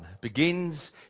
begins